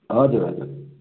हजुर हजुर